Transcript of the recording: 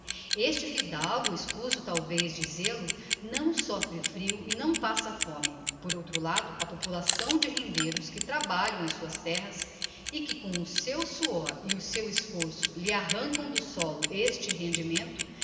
este fidalgo escuso talvez dizel-o não soffre frio e não passa fome por outro lado a população de rendeiros que trabalham as suas terras e que com o seu suor e o seu esforço lhe arrancam do sólo este rendimento